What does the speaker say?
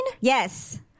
Yes